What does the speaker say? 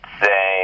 say